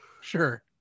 Sure